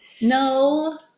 No